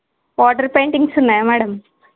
water paintings ఉన్నాయా madam